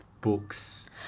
books